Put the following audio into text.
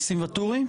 ניסים ואטורי?